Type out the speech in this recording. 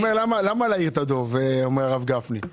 למה להעיר את הדוב, אומר הרב גפני.